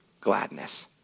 gladness